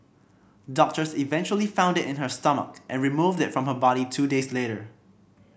doctors eventually found it in her stomach and removed it from her body two days later